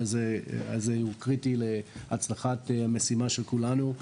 הזה הוא קריטי להצלחת המשימה של כולנו.